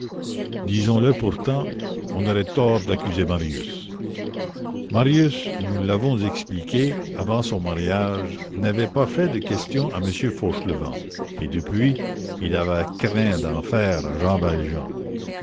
disons-le pourtant on aurait tort d'accuser marius marius nous l'avons expliqué avant son mariage n'avait pas fait de questions à m fauchelevent et depuis il avait craint d'en faire à jean valjean